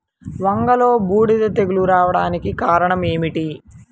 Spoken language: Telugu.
వంగలో బూడిద తెగులు రావడానికి కారణం ఏమిటి?